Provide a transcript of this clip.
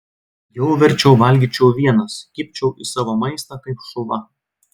jau verčiau valgyčiau vienas kibčiau į savo maistą kaip šuva